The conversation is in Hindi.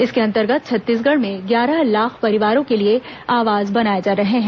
इसके अंतर्गत छत्तीसगढ़ में ग्यारह लाख परिवारों के लिए आवास बनाए जा रहे हैं